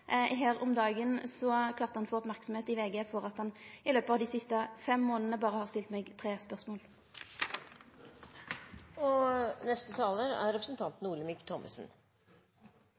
Her om dagen klarte han å få merksemd i VG for at han i løpet av dei siste fem månadene berre har stilt meg tre spørsmål. I Danmark sier man litt ironisk at «hvad Bladene siger, er